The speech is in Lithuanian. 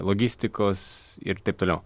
logistikos ir taip toliau